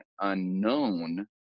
unknown